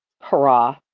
hurrah